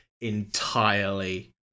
entirely